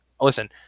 Listen –